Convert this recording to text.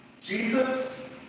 Jesus